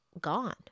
gone